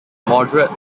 moderate